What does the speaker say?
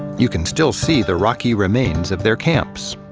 you can still see the rocky remains of their camps.